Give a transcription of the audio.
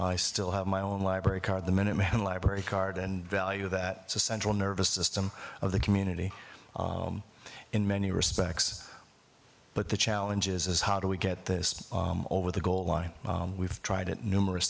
i still have my own library card the minuteman library card and value that central nervous system of the community in many respects but the challenge is how do we get this over the goal line we've tried it numerous